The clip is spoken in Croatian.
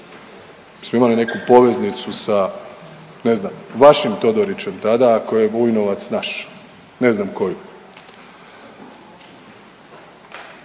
smo imali neku poveznicu sa ne znam vašim Todorićem tada ako je Vujnovac naš, ne znam koji.